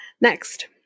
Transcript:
Next